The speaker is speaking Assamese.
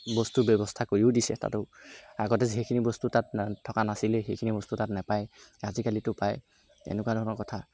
বস্তু ব্যৱস্থা কৰিও দিছে তাতো আগতে যে সেইখিনি বস্তু তাত থকা নাছিলে সেইখিনি বস্তু তাত নাপাই আজিকালিতো পায় এনেকুৱা ধৰণৰ কথা